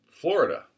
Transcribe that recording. Florida